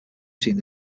between